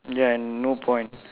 then no point